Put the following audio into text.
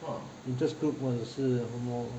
interest group 或者是什么